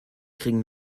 kriegen